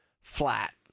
flat